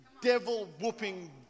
devil-whooping